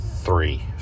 three